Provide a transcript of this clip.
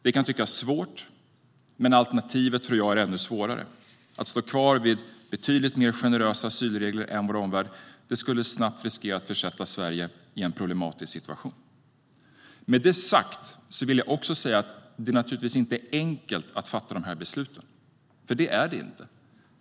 Det kan tyckas svårt, men jag tror att alternativet är ännu svårare. Att stå kvar vid betydligt generösare asylregler än vår omvärld skulle snabbt riskera att försätta Sverige i en problematisk situation. Med det sagt vill jag också framföra att det naturligtvis inte är enkelt att fatta dessa beslut. Det är det inte.